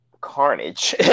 Carnage